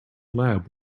lab